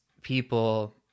people